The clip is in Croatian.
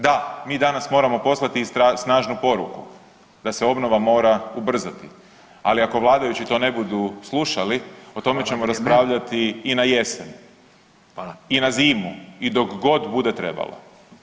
Da, mi danas moramo poslati snažnu poruku da se obnova mora ubrzati, ali ako vladajući to ne budu slušali o tome ćemo raspravljati i na jesen i na zimu i dok god bude trebalo.